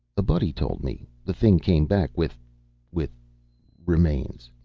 a buddy told me. the thing came back with with remains.